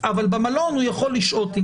אבל במלון הוא יכול לשהות.